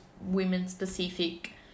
women-specific